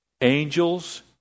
Angels